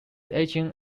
agent